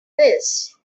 this